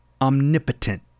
omnipotent